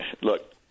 Look